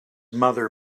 mother